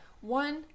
one